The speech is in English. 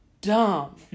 dumb